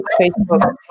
Facebook